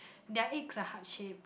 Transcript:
their eggs are heart shape